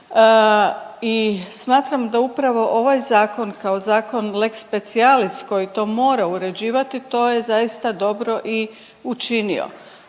i smatram da upravo ovaj Zakon kao zakon lex specialis koji to mora uređivati, to je zaista dobro i učinio,